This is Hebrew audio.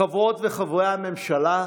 חברות וחברי הממשלה,